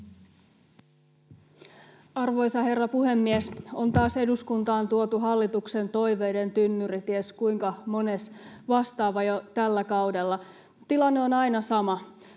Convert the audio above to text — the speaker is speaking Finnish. Arvoisa herra puhemies! On taas eduskuntaan tuotu hallituksen toiveiden tynnyri, ties jo kuinka mones vastaava tällä kaudella. Tilanne on aina sama: